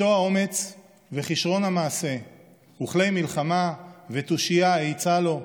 "איתו האומץ וכישרון המעשה / וכלי מלחמה ותושייה עצה לו.